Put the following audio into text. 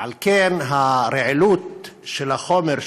ומכאן הרעילות של החומר,